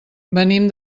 venim